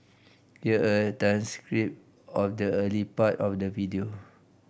here a transcript of the early part of the video